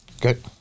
Good